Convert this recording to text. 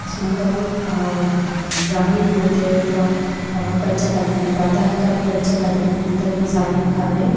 अस्माकं ब्राह्मीमुहूर्ते अथवा पञ्चवादने प्रातःकाले पञ्चवादने अनन्तरं सायङ्काले